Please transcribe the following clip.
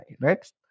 right